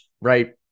right